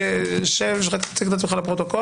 תציג את עצמך לפרוטוקול.